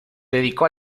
dedicó